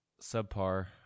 subpar